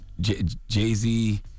Jay-Z